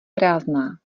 prázdná